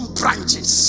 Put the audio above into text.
branches